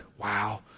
Wow